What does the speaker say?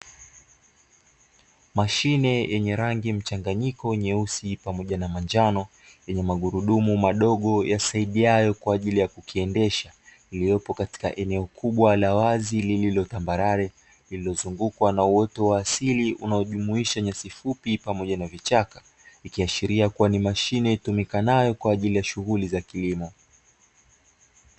Mashine yenye rangi mchanganyiko nyeusi pamoja na manjano, yenye magurudumu madogo yasaidiayo kwa ajili ya kukiendesha. Iliyopo katika eneo kubwa la wazi lililotambarare liliozungukwa na uoto wa asili unaojumuisha nyasi fupi pamoja na vichaka. Ikiashiria kuwa ni mashine itumikayo kwa ajili ya shughuli ya kilimo.